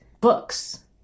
books